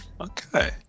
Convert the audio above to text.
Okay